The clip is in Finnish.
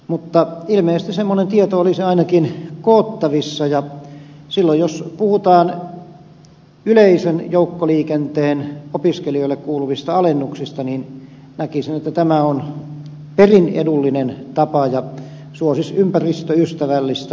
mutta ilmeisesti semmoinen tieto olisi ainakin koottavissa ja silloin jos puhutaan yleisen joukkoliikenteen opiskelijoille kuuluvista alennuksista näkisin että tämä on perin edullinen tapa ja suosisi ympäristöystävällistä